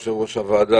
יושב-ראש הוועדה,